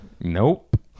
nope